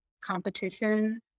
competition